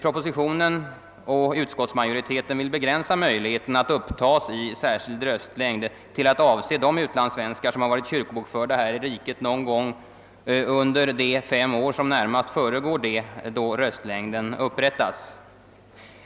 Kungl. Maj:t och utskottsmajoriteten vill begränsa utlandssvenskarnas möjligheter att upptas i särskild röstlängd; denna möjlighet skall tillkomma endast de utlandssvenskar som varit kyrkobokförda i Sverige någon gång under de fem år som närmast föregår det år röstlängden upprättas.